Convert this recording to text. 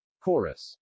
Chorus